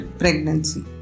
pregnancy